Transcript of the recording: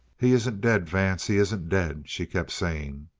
he isn't dead, vance. he isn't dead! she kept saying.